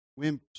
wimps